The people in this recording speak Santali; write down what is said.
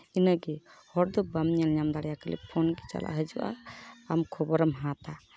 ᱤᱱᱟᱹᱜᱮ ᱦᱚᱲᱫᱚ ᱵᱟᱢ ᱧᱮᱞᱧᱟᱢ ᱫᱟᱲᱮᱭᱟᱭᱟ ᱠᱷᱟᱞᱤ ᱯᱷᱳᱱ ᱜᱮ ᱪᱟᱞᱟᱜ ᱦᱟᱡᱩᱜᱼᱟ ᱟᱢ ᱠᱷᱚᱵᱚᱨᱮᱢ ᱦᱟᱛᱟ